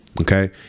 Okay